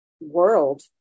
world